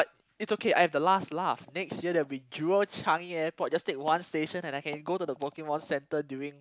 it's okay I have the last laugh next year there will be Jewel Changi-Airport just take one station and I can go to the Pokemon center during